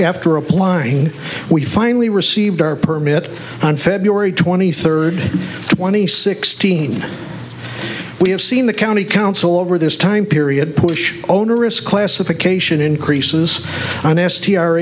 after applying we finally received our permit on february twenty third twenty sixteen we have seen the county council over this time period push onerous classification increases on s t r